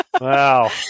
Wow